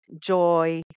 joy